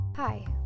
Hi